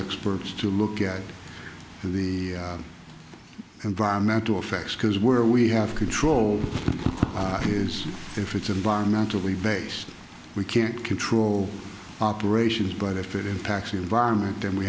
experts to look at the environmental effects because where we have control issues if it's environmentally based we can't control operations but if it impacts the environment then we